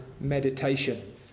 meditation